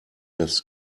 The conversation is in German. das